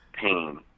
pain